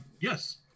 yes